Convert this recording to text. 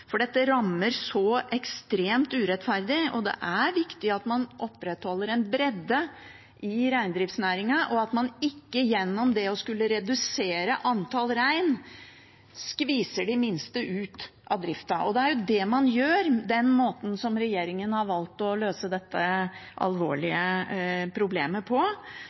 for dette rammer så ekstremt urettferdig. Det er viktig at man opprettholder en bredde i reindriftsnæringen, og at man ikke gjennom det å skulle redusere antall rein skviser de minste ut av driften. Det er jo det man gjør med den måten regjeringen har valgt å løse dette alvorlige problemet på.